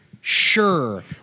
Sure